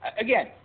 again